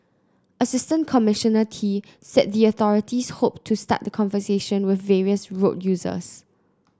Assistant Commissioner Tee said the authorities hoped to start the conversation with various road users